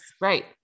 right